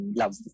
love